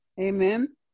Amen